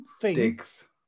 digs